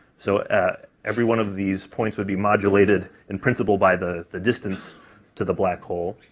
so every one of these points would be modulated in principle by the the distance to the black hole.